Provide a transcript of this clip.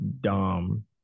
Dom